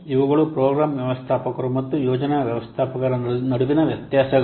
ಇವುಗಳು ಪ್ರೋಗ್ರಾಂ ವ್ಯವಸ್ಥಾಪಕರು ಮತ್ತು ಯೋಜನಾ ವ್ಯವಸ್ಥಾಪಕರ ನಡುವಿನ ವ್ಯತ್ಯಾಸಗಳು